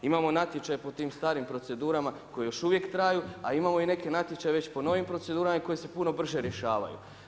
Imamo natječaj po tim starim procedurama koje još uvijek traju, a imamo i neke natječaje već po novim procedurama i koje se puno brže rješavaju.